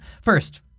First